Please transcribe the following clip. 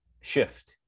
shift